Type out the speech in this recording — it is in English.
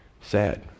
Sad